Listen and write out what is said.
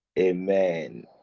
Amen